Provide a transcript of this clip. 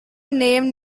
nickname